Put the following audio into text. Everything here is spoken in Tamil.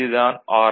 இது தான் ஆர்